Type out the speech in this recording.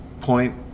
point